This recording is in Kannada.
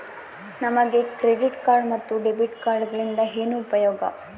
ನಮಗೆ ಕ್ರೆಡಿಟ್ ಕಾರ್ಡ್ ಮತ್ತು ಡೆಬಿಟ್ ಕಾರ್ಡುಗಳಿಂದ ಏನು ಉಪಯೋಗ?